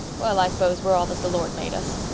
well, i s'pose we're all as the lord made us!